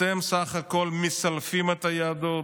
אתם סך הכול מסלפים את היהדות,